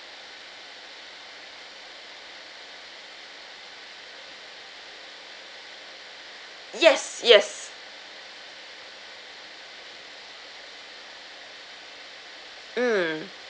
yes yes mm